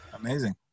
Amazing